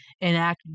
enact